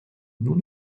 nur